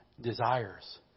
desires